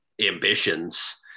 ambitions